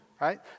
right